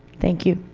thank you.